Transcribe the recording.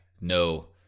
no